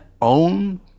own